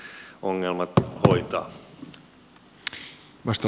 herra puhemies